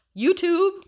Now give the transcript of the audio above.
YouTube